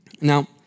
Now